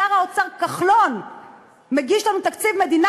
שר האוצר כחלון מגיש לנו תקציב מדינה